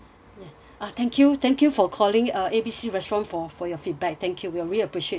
ah thank you thank you for calling uh A B C restaurant for for your feedback thank you we really appreciate your feedback